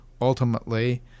ultimately